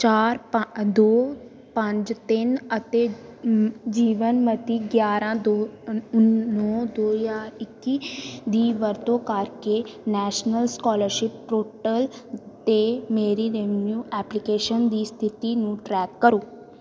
ਚਾਰ ਪਾ ਦੋ ਪੰਜ ਤਿੰਨ ਅਤੇ ਜੀਵਨ ਮਿਤੀ ਗਿਆਰਾਂ ਦੋ ਉਨ ਨੌਂ ਦੋ ਹਜ਼ਾਰ ਇੱਕੀ ਦੀ ਵਰਤੋਂ ਕਰਕੇ ਨੈਸ਼ਨਲ ਸਕੋਲਰਸ਼ਿਪ ਪਰੋਟਲ ਅਤੇ ਮੇਰੀ ਰਿਵਨਿਊ ਐਪਲੀਕੇਸ਼ਨ ਦੀ ਸਥਿਤੀ ਨੂੰ ਟਰੈਕ ਕਰੋ